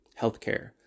healthcare